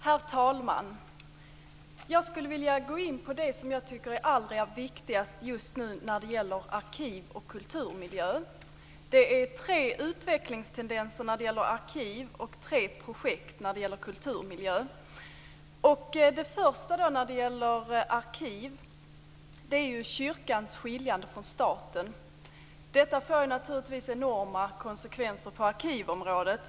Herr talman! Jag vill gå in på det som jag tycker är allra viktigast just nu när det gäller arkiv och kulturmiljöer, och det är tre utvecklingstendenser i fråga om arkiv och tre projekt beträffande kulturmiljön. Det första när det gäller arkiv är kyrkans skiljande från staten. Detta får naturligtvis enorma konsekvenser på arkivområdet.